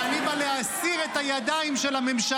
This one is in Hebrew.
כשאני בא להסיר את הידיים של הממשלה